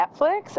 Netflix